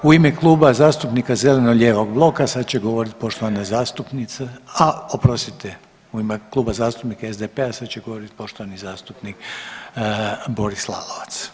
U ime Kluba zastupnika zeleno-lijevog bloka sad će govoriti poštovana zastupnica, a oprostite u ime Kluba zastupnika SDP-a sad će govoriti poštovani zastupnik Boris Lalovac.